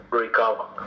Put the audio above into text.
recover